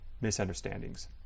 misunderstandings